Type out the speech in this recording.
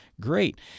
Great